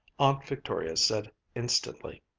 aunt victoria said instantly